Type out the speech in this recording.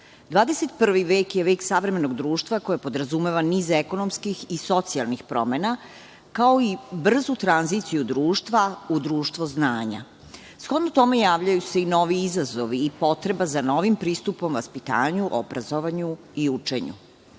21. je vek savremenog društva koje podrazumeva niz ekonomskih i socijalnih promena, kao i brzu tranziciju društva u društvo znanja. Shodno tome javljaju se i novi izazovi i potreba za novim pristupom vaspitanju, obrazovanju i učenju.